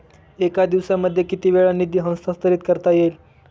एका दिवसामध्ये किती वेळा निधी हस्तांतरीत करता येईल?